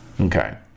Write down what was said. Okay